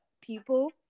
people